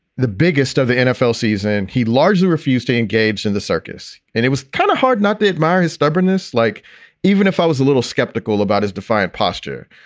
the biggest of the nfl season, and he largely refused to engage in the circus. and it was kind of hard not to admire his stubbornness, like even if i was a little skeptical about his defiant posture.